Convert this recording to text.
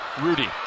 Rudy